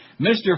Mr